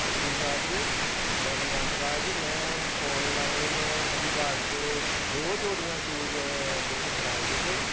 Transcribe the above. ਸਤਿ ਸ਼੍ਰੀ ਅਕਾਲ ਜੀ ਮੈਂ ਬਲਵੰਤ ਰਾਜ ਮੈਂ ਔਨਲਾਇਨ ਐਡੀਡਾਸ ਦੇ ਦੋ ਜੋੜੀਆਂ ਸ਼ੂਜ ਬੁੱਕ ਕਰਵਾਏ ਸੀਗੇ